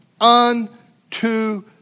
unto